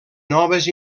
noves